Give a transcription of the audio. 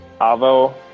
Avo